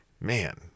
Man